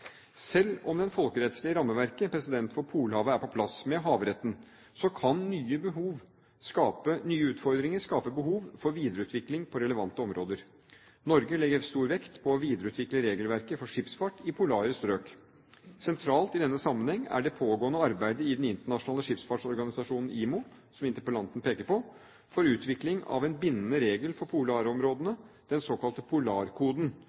Selv om det folkerettslige rammeverket for Polhavet er på plass – med havretten – kan nye utfordringer skape behov for videreutvikling på relevante områder. Norge legger stor vekt på å videreutvikle regelverket for skipsfart i polare strøk. Sentralt i denne sammenheng er det pågående arbeidet i Den internasjonale skipsfartsorganisasjonen, IMO, som interpellanten peker på, for utvikling av en bindende regel for polarområdene, den såkalte Polarkoden,